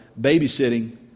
babysitting